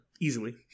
easily